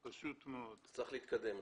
אתה אומר שצריך להתקדם.